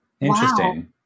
Interesting